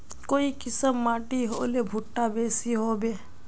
काई किसम माटी होले भुट्टा बेसी होबे?